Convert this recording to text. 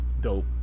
dope